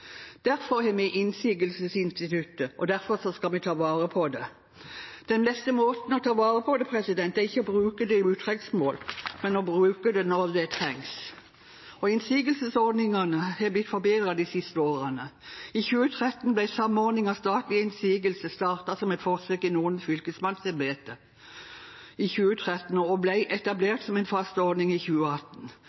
Derfor har vi innsigelsesinstituttet, og derfor skal vi ta vare på det. Den beste måten å ta vare på det på er ikke å bruke det i utrengsmål, men å bruke det når det trengs, og innsigelsesordningene har blitt forbedret de siste årene. I 2013 ble samordning av statlige innsigelser startet som et forsøk i noen fylkesmannsembeter og etablert som en fast ordning i 2018.